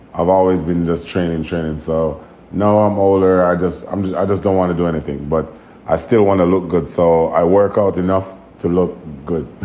i've always been this training. and and so now i'm older. i just i just don't want to do anything, but i still want to look good. so i work out enough to look good